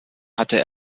hatte